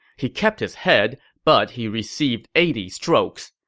he kept his head, but he received eighty strokes.